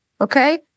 okay